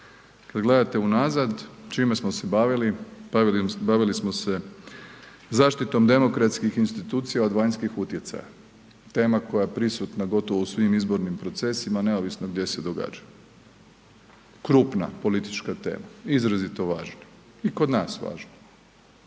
Kad gledate unazad, čime smo se bavili, bavili smo se zaštitom demokratskih institucija od vanjskih utjecaja, tema koja je prisutna gotovo u svim izbornim procesima neovisno gdje se događa. Krupna, politička tema izrazito važna i kod nas važna